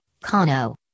Kano